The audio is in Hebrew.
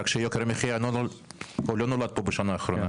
יוקר המחיה לא נולד פה בעיקר בשנה האחרונה.